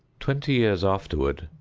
twenty years afterward,